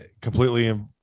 completely